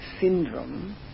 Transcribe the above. syndrome